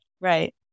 Right